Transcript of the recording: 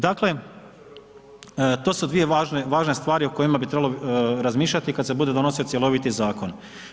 Dakle, to su dvije važne stvari o kojima bi trebalo razmišljati kad se bude donosio cjeloviti zakon.